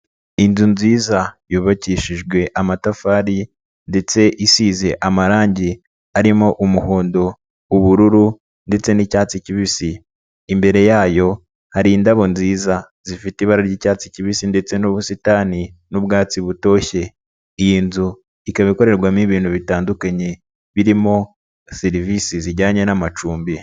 Inzu nziza yubakishijwe amatafari ndetse isize amarangi arimo umuhondo, ubururu ndetse n'icyatsi kibisi. Imbere yayo hari indabo nziza zifite ibara ry'icyatsi kibisi ndetse n'ubusitani n'ubwatsi butoshye. Iyi nzu ikaba ikorerwamo ibintu bitandukanye birimo na serivisi zijyanye n'amacumbi.